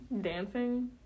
dancing